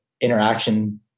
interaction